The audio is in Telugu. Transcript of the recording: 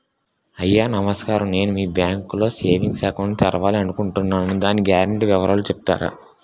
అయ్యా నమస్కారం నేను మీ బ్యాంక్ లో సేవింగ్స్ అకౌంట్ తెరవాలి అనుకుంటున్నాను దాని గ్యారంటీ వివరాలు చెప్తారా?